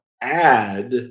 add